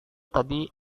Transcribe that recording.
tadi